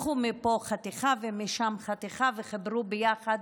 לקחו מפה חתיכה ומשם חתיכה וחיברו ביחד,